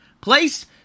place